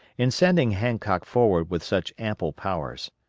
in sending hancock forward with such ample powers,